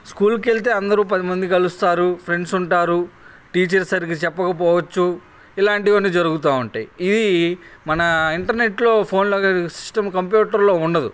స్కూల్కి వెళ్తే అందరూ పది మంది కలుస్తారు ఫ్రెండ్స్ ఉంటారు టీచర్ సరిగా చెప్పకపోవచ్చు ఇలాంటివన్నీ జరుగుతూ ఉంటాయి ఇది మన ఇంటర్నెట్లో ఫోన్లో సిస్టమ్ కంప్యూటర్లో ఉండదు